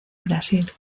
brasil